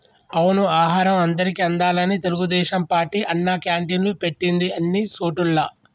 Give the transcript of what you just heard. అవును ఆహారం అందరికి అందాలని తెలుగుదేశం పార్టీ అన్నా క్యాంటీన్లు పెట్టింది అన్ని సోటుల్లా